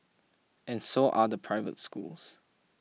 and so are the private schools